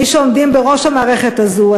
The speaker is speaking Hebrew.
מי שעומדים בראש המערכת הזאת,